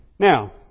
Now